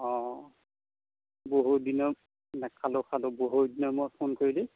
অ' বহু দিনৰ খালোঁ খালোঁ বহু দিনৰ মূৰত ফোন কৰিলি